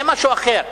זה משהו אחר.